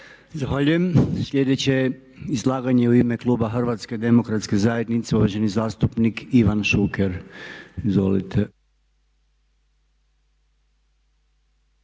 Zahvaljujem. Sljedeće je izlaganje u ime kluba Hrvatske demokratske zajednice uvaženi zastupnik Ivan Šuker. Izvolite.